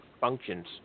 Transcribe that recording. functions